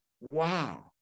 wow